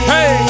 Hey